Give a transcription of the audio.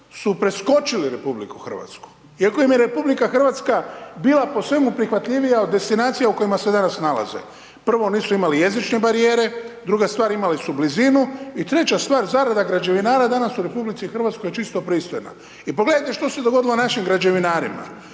su preskočili RH iako im je RH bila po svemu prihvatljivija od destinacija u kojima se danas nalaze. Prvo nisu imali jezične barijere, druga stvar imali su blizinu i treća stvar zarada građevinara danas u RH je čisto pristojna i pogledajte što se dogodilo našim građevinarima.